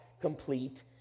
complete